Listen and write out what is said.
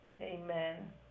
Amen